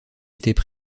étaient